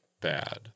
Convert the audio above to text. bad